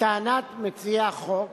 לטענת מציע החוק,